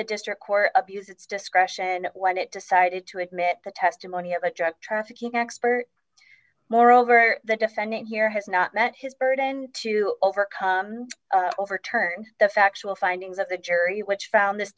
the district court abuse its discretion when it decided to admit the testimony of a drug trafficking expert moreover the defendant here has not met his burden to overcome overturn the factual findings of the jury which found this